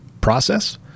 process